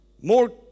more